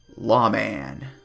Lawman